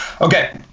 Okay